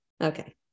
Okay